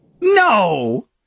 No